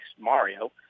Mario